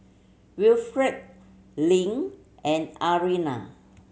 Wilfrid Lynn and Ariana